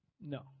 No